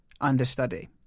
understudy